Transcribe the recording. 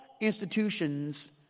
institutions